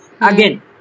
again